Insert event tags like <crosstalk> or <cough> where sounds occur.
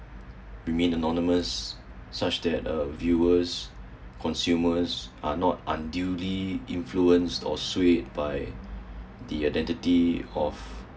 <breath> remain anonymous such that uh viewers consumers are not unduly influenced swayed by the identity of